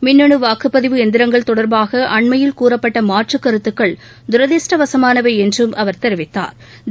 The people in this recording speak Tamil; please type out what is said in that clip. மின்னணு வாக்குப்பதிவு எந்திரங்கள் தொடர்பாக அண்மையில் கூறப்பட்ட மாற்றுக் கருத்துக்கள் தரதிருஷ்டவசமானவை என்றும் அவா் தெரிவித்தாா்